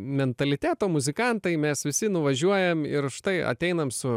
mentaliteto muzikantai mes visi nuvažiuojam ir štai ateinam su